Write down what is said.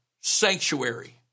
sanctuary